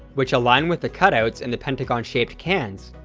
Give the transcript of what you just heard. which align with the cutouts in the pentagon-shaped cans,